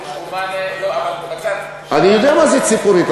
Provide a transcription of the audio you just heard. אני יודע מה זה ציפורית,